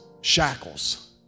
shackles